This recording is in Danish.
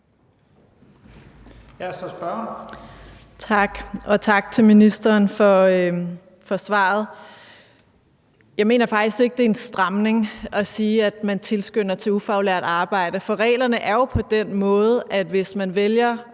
Nawa (RV): Tak, og tak til ministeren for svaret. Jeg mener faktisk ikke, at det er en stramning at sige, at man tilskynder til ufaglært arbejde, for reglerne er jo på den måde, at hvis man vælger